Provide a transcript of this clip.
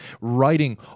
writing